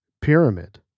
Pyramid